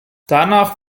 danach